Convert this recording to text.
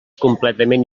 completament